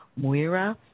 Muira